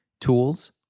tools